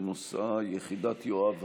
שנושאה: יחידת יואב המשטרתית.